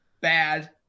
Bad